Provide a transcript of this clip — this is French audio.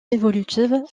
évolutive